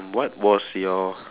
what was your